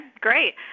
great